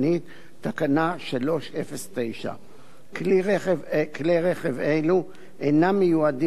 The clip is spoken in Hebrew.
תקנה 309. כלי רכב אלו אינם מיועדים לפירוק,